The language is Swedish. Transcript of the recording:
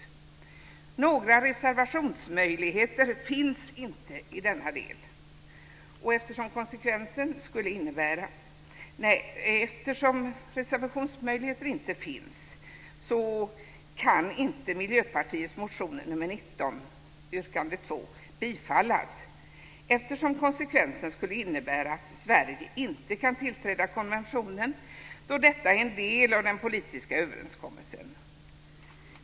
Det var precis det som Kia Andreasson läste upp förut, men inte riktigt höll med om, vilket jag gör. Eftersom det inte finns några reservationsmöjligheter i denna del kan inte Miljöpartiets motion nr 19, yrkande 2 bifallas. Konsekvensen skulle innebära att Sverige inte kan tillträda konventionen då detta är en del av den politiska överenskommelsen.